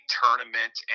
tournament